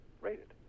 rated